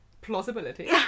plausibility